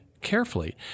carefully